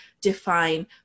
define